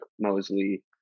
Mosley